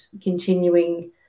continuing